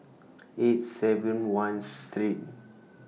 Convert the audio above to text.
eight seven one steem